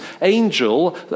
angel